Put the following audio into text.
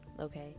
okay